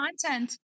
content